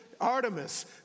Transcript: Artemis